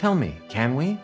tell me can we